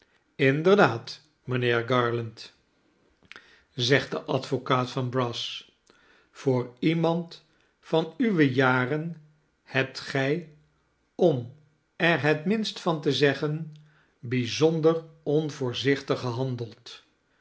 inderdaad mijnheer garland zegt de advocaat van brass voor iemand van uwe jaren rhebt gij om er het minste van te zeggen bijzonder onvoorzichtig gehandeld